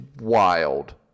wild